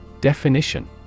Definition